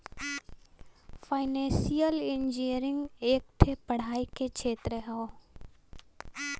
financial engineering एक ठे पढ़ाई के क्षेत्र हौ